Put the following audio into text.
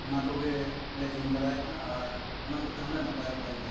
ᱚᱱᱟ ᱠᱚᱜᱮᱞᱮ ᱡᱚᱢ ᱵᱟᱲᱟᱭᱮᱜᱼᱟ ᱟᱨ ᱚᱱᱟ ᱠᱚᱛᱮ ᱦᱚᱞᱮ ᱱᱟᱯᱟᱭᱚᱜ ᱠᱟᱱᱟ